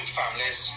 families